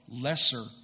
lesser